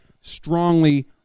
strongly